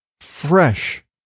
fresh